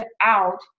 out